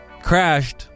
crashed